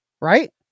right